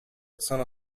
sono